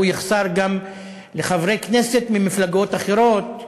הוא יחסר גם לחברי כנסת ממפלגות אחרות,